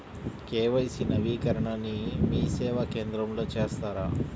KYC నవీకరణని మీసేవా కేంద్రం లో చేస్తారా?